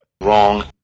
Wrong